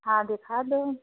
हाँ दिखा दो